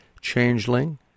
Changeling